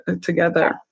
together